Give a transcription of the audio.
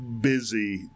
busy